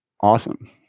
Awesome